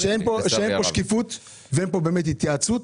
פה שקיפות ואין באמת התייעצות.